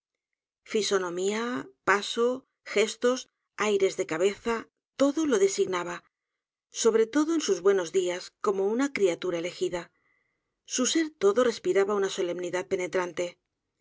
fisonomía paso gestos aires de cabeza todo lo designaba sobre todo en sus buenos días como una criatura elegida su ser todo respiraba una solemnidad penetrante